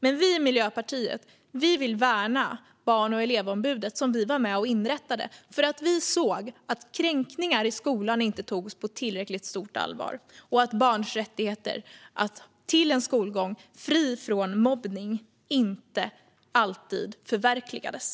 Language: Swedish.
Men vi i Miljöpartiet vill värna Barn och elevombudet, som vi var med och inrättade för att vi såg att kränkningar i skolan inte togs på tillräckligt stort allvar och att barns rättigheter till en skolgång fri från mobbning inte alltid förverkligades.